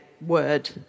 word